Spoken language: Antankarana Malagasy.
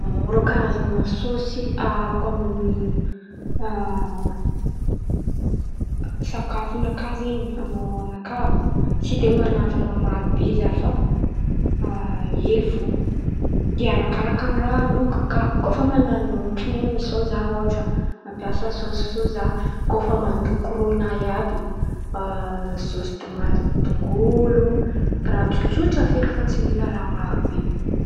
Rô Karazan̈a sôsy aharoko amin̈'ny sakafo nakà zen̈y amin̈'ny rô nakà tsy de man̈ano raha maro be zah fa hely fo de arakaraka ny raha alokiko kà koa fa man̈ano ôhatra misao mampiasa sôsy soza. Koa fa mandoky rô nay ato sôsy tômaty, tongolo raha tsotsotra feky fa tsy mila raha maro be.